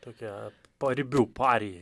tokie paribių parijai